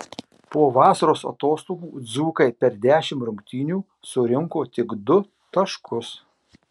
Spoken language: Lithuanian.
po vasaros atostogų dzūkai per dešimt rungtynių surinko tik du taškus